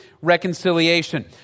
reconciliation